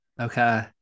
okay